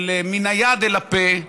של מן היד אל הפה,